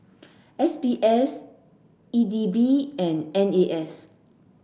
S B S E D B and N A S